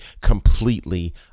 completely